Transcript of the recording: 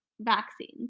vaccines